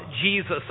Jesus